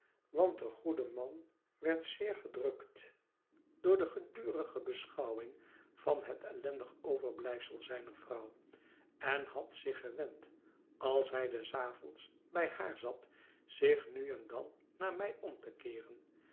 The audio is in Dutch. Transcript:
want de goede man werd zeer gedrukt door de gedurige beschouwing van het ellendig overblijfsel zijner vrouw en had zich gewend als hij des avonds bij haar zat zich nu en dan naar mij om te keeren